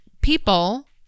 people